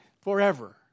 forever